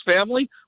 family